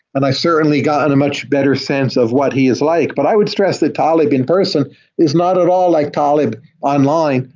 and i certainly gotten a much better sense of what he is like, but i would stress that taleb in person is not at all like taleb online,